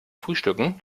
frühstücken